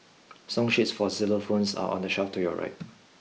song sheets for xylophones are on the shelf to your right